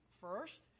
first